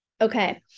Okay